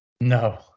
No